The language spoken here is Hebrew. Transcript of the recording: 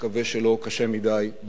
מקווה שלא קשה מדי,